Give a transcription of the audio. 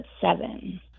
seven